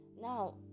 Now